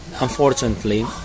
unfortunately